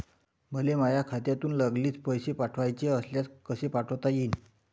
मले माह्या खात्यातून लागलीच पैसे पाठवाचे असल्यास कसे पाठोता यीन?